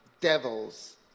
devils